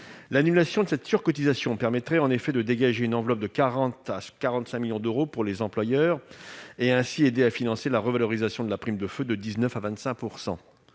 L'annulation de cette surcotisation permettrait, en effet, de dégager une enveloppe de 40 millions à 45 millions d'euros pour les employeurs et, ainsi, d'aider à financer la revalorisation de la prime de feu de 19 % à 25 %.